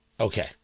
Okay